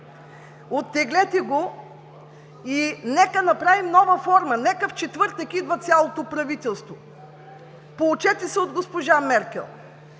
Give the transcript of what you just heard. Оттеглете го и нека направим нова форма. В четвъртък идва цялото правителство. Поучете се от госпожа Меркел